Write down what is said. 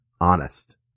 Honest